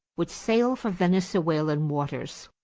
would sail for venezuelan waters.